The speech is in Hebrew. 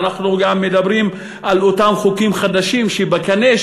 ואנחנו גם מדברים על אותם תחומים חדשים שבקנה,